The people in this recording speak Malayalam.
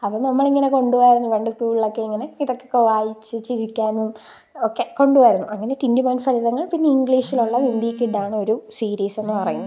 അപ്പം നമ്മളിങ്ങനെ കൊണ്ടുപോവുമായിരുന്നു പണ്ട് സ്കൂളിലൊക്കെ ഇങ്ങനെ ഇതൊക്കെ വായിച്ച് ചിരിക്കാനും ഒക്കെ കൊണ്ടുപോവുമായിരുന്നു അങ്ങനെ ടിന്റുമോൻ ഫലിതങ്ങൾ പിന്നെ ഇംഗ്ലിഷിലുള്ള വിംബി കിഡാണ് ഒരു സീരീസെന്ന് പറയുന്നത്